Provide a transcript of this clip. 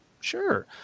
Sure